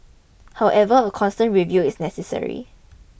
however a constant review is necessary